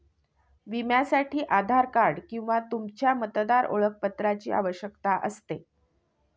विम्यासाठी आधार कार्ड किंवा तुमच्या मतदार ओळखपत्राची आवश्यकता असते